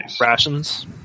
rations